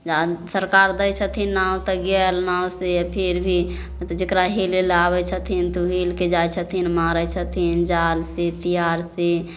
जानु सरकार दै छथिन नाव तऽ गेल नाव से फिर भी जकरा हेले लए आबै छथिन तऽ ओ हेलके जाइ छथिन मारै छथिन जाल से तियार से